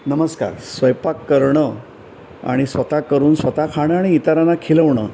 नमस्कार स्वयंपाक करणं आणि स्वतः करून स्वतः खाणं आणि इतरांना खिलवणं